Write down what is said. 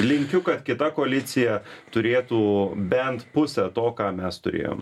linkiu kad kita koalicija turėtų bent pusę to ką mes turėjom